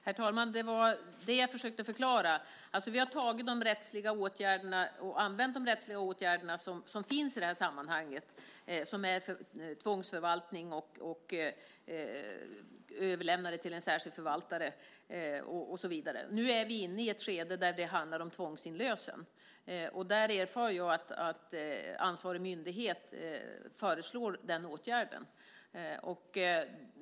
Herr talman! Det var det jag försökte förklara. Vi har använt de rättsliga åtgärder som finns i det här sammanhanget, som är tvångsförvaltning, överlämnande till en särskild förvaltare och så vidare. Nu är vi inne i ett skede där det handlar om tvångsinlösen. Där erfar jag att ansvarig myndighet föreslår den åtgärden.